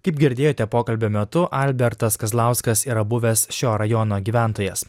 kaip girdėjote pokalbio metu albertas kazlauskas yra buvęs šio rajono gyventojas